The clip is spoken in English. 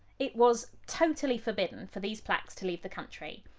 it was totally forbidden for these plaques to leave the country,